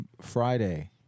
Friday